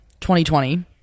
2020